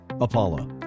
Apollo